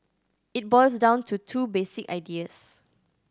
it boils down to two basic ideas